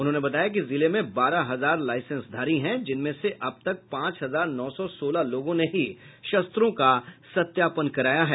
उन्होंने बताया कि जिले में बारह हजार लाईसेंसधारी है जिनमें से अब तक पांच हजार नौ सौ सोलह लोगों ने ही शस्त्रों का सत्यापन कराया है